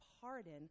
Pardon